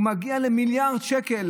הוא מגיע למיליארד שקל.